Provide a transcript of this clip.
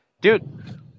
dude